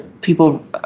people